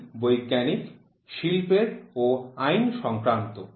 এগুলি বৈজ্ঞানিক শিল্পের ও আইন সংক্রান্ত